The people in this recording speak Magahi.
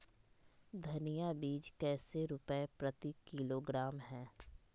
धनिया बीज कैसे रुपए प्रति किलोग्राम है?